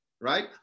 right